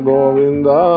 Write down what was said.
Govinda